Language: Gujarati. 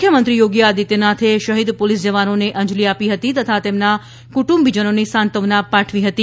મુખ્યમંત્રી યોગી આદિત્યનાથે શહીદ પોલીસ જવાનોને અંજલી આપી હતી તથા તેમના કુટુંબીજનોને સાંત્વના પાઠવી હતી